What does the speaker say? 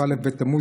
כ"א בתמוז,